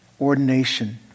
ordination